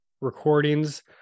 recordings